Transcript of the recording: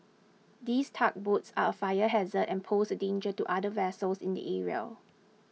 these tugboats are a fire hazard and pose a danger to other vessels in the area